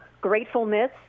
gratefulness